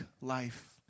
life